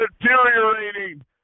deteriorating